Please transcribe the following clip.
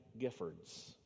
giffords